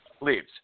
leaves